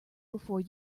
before